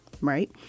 Right